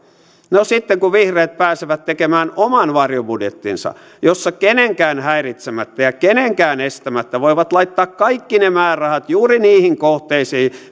no sitten kun vihreät pääsevät tekemään oman varjobudjettinsa jossa kenenkään häiritsemättä ja kenenkään estämättä voivat laittaa kaikki ne määrärahat juuri niihin kohteisiin